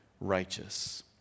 righteous